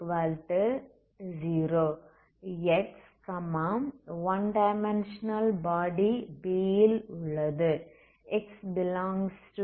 x 1 dimensional body B ல் இருக்கும் x∈B